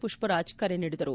ಪುಪ್ಪರಾಜ್ ಕರೆ ನೀಡಿದರು